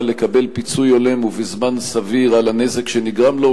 לקבל פיצוי הולם ובזמן סביר על הנזק שנגרם לו,